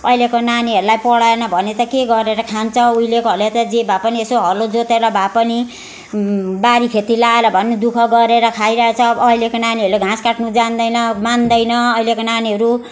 अहिलेको नानीहरूलाई पढाएन भने त के गरेर खान्छ उहिलेकोहरूले त जे भा पनि यसो हलो जोतेर भए पनि बारी खेती लगाएर भए पनि दुःख गरेर खाइरहेको छ अब अहिलेको नानीहरूले घाँस काट्नु जान्दैन मान्दैन अहिलेको नानीहरू